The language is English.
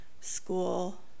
school